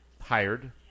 hired